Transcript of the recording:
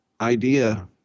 idea